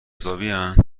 حسابین